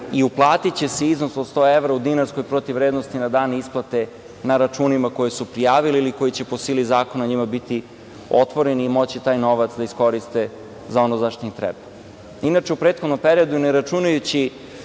i uplatiće se iznos od 100 evra u dinarskoj protiv vrednosti na dan isplate na računima koji su prijavili ili koji će po sili zakona njima biti otvoreni i moći taj novac da iskoriste za ono za šta im treba. Inače, u prethodnom periodu, ne računajući